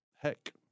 heck